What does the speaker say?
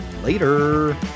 Later